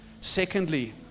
Secondly